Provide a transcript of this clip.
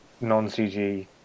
non-CG